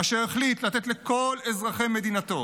ואשר החליט לתת לכל אזרחי מדינתו